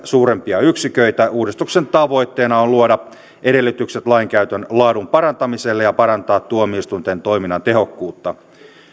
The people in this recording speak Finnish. suurempia yksiköitä uudistuksen tavoitteena on luoda edellytykset lainkäytön laadun parantamiselle ja parantaa tuomioistuinten toiminnan tehokkuutta